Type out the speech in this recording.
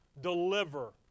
Deliver